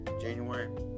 January